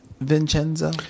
Vincenzo